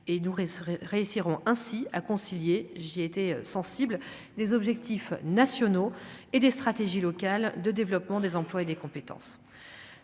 réussiront ainsi à concilier, j'ai été sensible des objectifs nationaux et des stratégies locales de développement des emplois et des compétences,